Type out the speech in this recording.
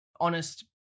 honest